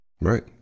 Right